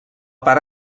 part